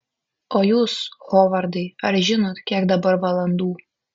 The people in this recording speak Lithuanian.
o jūs hovardai ar žinot kiek dabar valandų